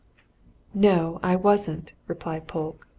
no, i wasn't, replied polke.